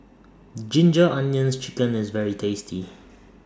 Ginger Onions Chicken IS very tasty